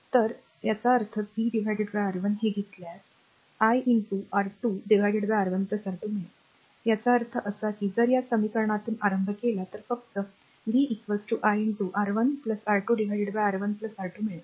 तर आणि r याचा अर्थ v R1 हे घेतल्यास i R2 R1 R2 मिळेल याचा अर्थ असा की जर या समीकरणातून आरंभ केला तर फक्त v i R1 R2 R1 R2 मिळेल